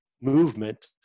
movement